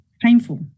painful